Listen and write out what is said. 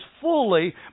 fully